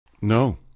No